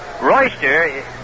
Royster